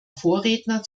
vorredner